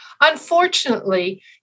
Unfortunately